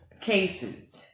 cases